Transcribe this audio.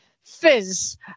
fizz